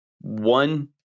one